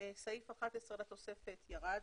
סעיף 11 לתוספת ירד,